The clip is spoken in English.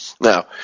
Now